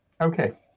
Okay